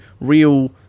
real